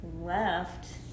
left